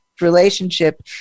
relationship